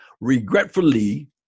regretfully